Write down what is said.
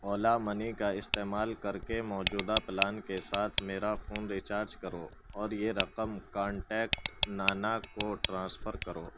اولا money کا استعمال کر کے موجودہ پلان کے ساتھ میرا فون ریچارج کرو اور یہ رقم کانٹیکٹ نانا کو ٹرانسفر کرو